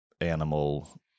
animal